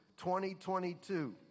2022